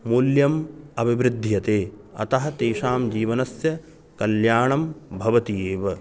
मूल्यम् अभिवृद्ध्यते अतः तेषां जीवनस्य कल्याणं भवति एव